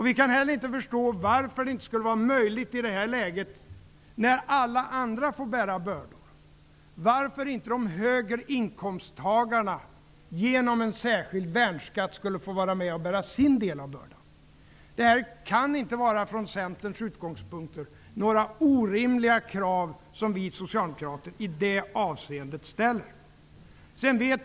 Vi kan heller inte förstå varför det inte skall vara möjligt i det här läget, när alla andra får bära bördor, att låta de högre inkomsttagarna genom en särskild värnskatt få vara med och bära sin del av bördan. Från Centerns utgångspunkter kan det inte vara några orimliga krav som vi socialdemokrater i det avseendet ställer.